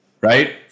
right